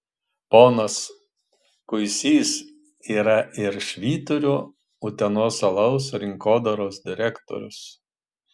ponas kuisys yra ir švyturio utenos alaus rinkodaros direktorius